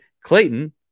Clayton